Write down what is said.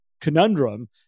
conundrum